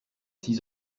six